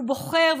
הוא בוחר,